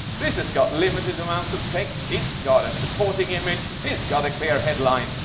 this has got limited amounts of text. it's got a supporting image. it's got a clear headline.